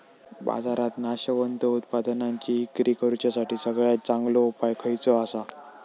बाजारात नाशवंत उत्पादनांची इक्री करुच्यासाठी सगळ्यात चांगलो उपाय खयचो आसा?